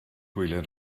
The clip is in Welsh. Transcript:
gwyliau